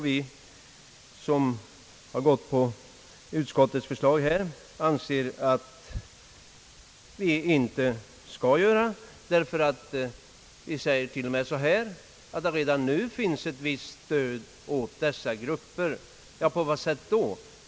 Vi som gått på utskottets linje anser att vi inte skall ge detta stöd. Vi säger till och med att det redan nu finns ett visst stöd åt dessa grupper. På vad sätt då?